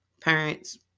parents